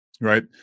Right